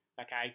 okay